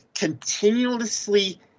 continuously